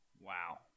Wow